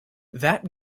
that